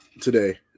today